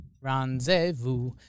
Rendezvous